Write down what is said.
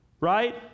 right